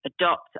adopt